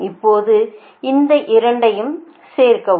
இப்போது இந்த இரண்டையும் சேர்க்கவும்